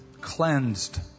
cleansed